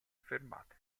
fermate